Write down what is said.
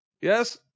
Yes